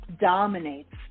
dominates